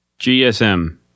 GSM